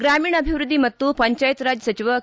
ಗ್ರಾಮೀಣಾಭಿವೃದ್ಧಿ ಮತ್ತು ಪಂಚಾಯತ್ ರಾಜ್ ಸಚಿವ ಕೆ